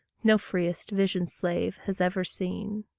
no freest-visioned slave has ever seen.